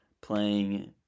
playing